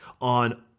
on